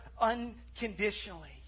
unconditionally